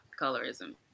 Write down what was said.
colorism